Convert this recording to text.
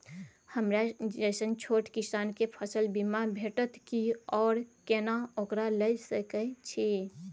हमरा जैसन छोट किसान के फसल बीमा भेटत कि आर केना ओकरा लैय सकैय छि?